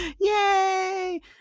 Yay